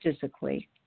physically